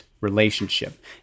relationship